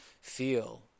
feel